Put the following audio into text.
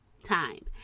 time